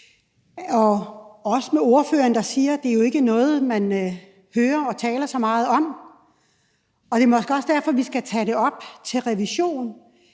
og også med ordføreren, der siger, at det jo ikke er noget, man hører og taler så meget om. Det er måske også derfor, vi skal tage det op til revision.